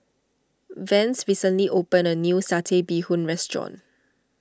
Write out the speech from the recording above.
Vance recently opened a new Satay Bee Hoon restaurant